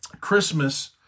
Christmas